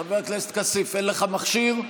חבר הכנסת כסיף, אין לך מכשיר?